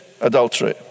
adultery